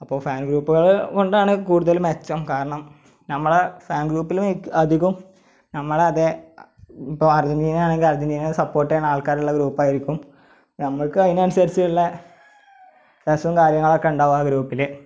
അപ്പോൾ ഫാന് ഗ്രുപ്പുകൾ കൊണ്ടാണ് കൂടുതൽ മെച്ചം കാരണം നമ്മളെ ഫാന് ഗ്രൂപ്പിൽ എനിക്ക് അധികം നമ്മളെ അതെ ഇപ്പോൾ അര്ജന്റീനയാണങ്കിൽ അര്ജന്റീനയെ സപ്പോര്ട്ടു ചെയ്യുന്ന ആള്ക്കാരുള്ള ഗ്രൂപ്പായിരിക്കും നമ്മൾക്ക് അതി നനുസരിച്ചുള്ള നിര്ദ്ദേശവും കാര്യങ്ങളുമൊക്കെ ഉണ്ടാവും ആ ഗ്രൂപ്പിൽ